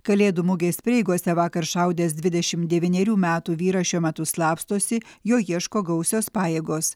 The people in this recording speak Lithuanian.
kalėdų mugės prieigose vakar šaudęs dvidešim devynerių metų vyras šiuo metu slapstosi jo ieško gausios pajėgos